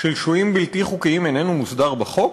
של שוהים בלתי חוקיים איננו מוסדר בחוק?